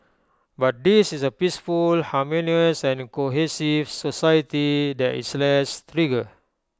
but this is A peaceful harmonious and cohesive society there is less trigger